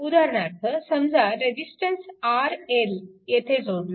उदाहरणार्थ समजा resistance RL येथे जोडला